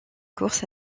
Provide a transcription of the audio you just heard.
course